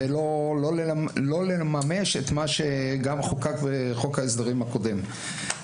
ולא לממש את מה שגם חוקק בחוק ההסדרים הקודם.